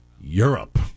Europe